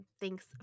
thanks